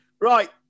Right